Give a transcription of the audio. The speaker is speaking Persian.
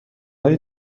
های